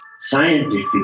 scientific